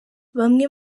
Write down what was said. bamwe